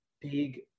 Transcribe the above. big